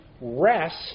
rest